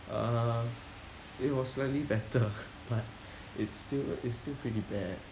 uh it was slightly better but it's still it's still pretty bad